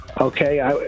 Okay